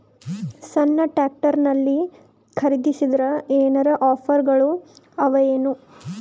ಸಣ್ಣ ಟ್ರ್ಯಾಕ್ಟರ್ನಲ್ಲಿನ ಖರದಿಸಿದರ ಏನರ ಆಫರ್ ಗಳು ಅವಾಯೇನು?